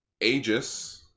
Aegis